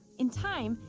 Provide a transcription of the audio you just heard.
in time,